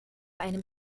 einem